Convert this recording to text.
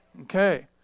Okay